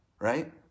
Right